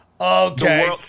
okay